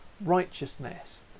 righteousness